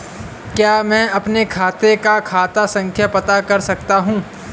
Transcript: क्या मैं अपने खाते का खाता संख्या पता कर सकता हूँ?